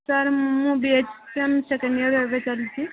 sir ମୁଁ ବି exam second year ଏବେ ଚାଲିଛି